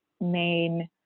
main